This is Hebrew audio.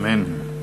אמן.